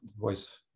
voice